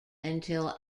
until